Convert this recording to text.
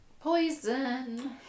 Poison